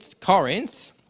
Corinth